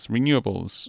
Renewables